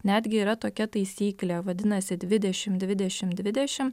netgi yra tokia taisyklė vadinasi dvidešim dvidešim dvidešim